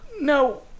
No